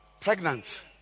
Pregnant